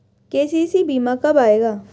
KCC बीमा कब आएगा?